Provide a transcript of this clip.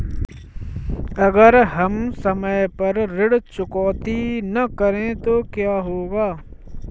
अगर हम समय पर ऋण चुकौती न करें तो क्या होगा?